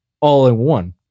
all-in-one